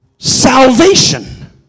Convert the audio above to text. Salvation